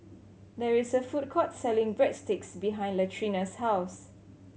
there is a food court selling Breadsticks behind Latrina's house